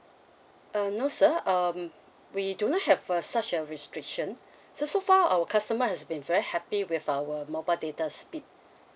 uh no sir um we don't have uh such a restriction so so far our customer has been very happy with our mobile data speed